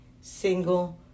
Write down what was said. single